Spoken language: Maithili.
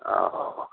ओ